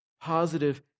Positive